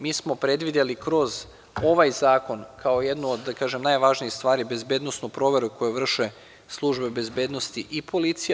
Mi smo predvideli kroz ovaj zakon kao jednu od najvažnijih stvari bezbednosnu proveru koju vrše službe bezbednosti i policija.